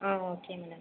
ah okay madam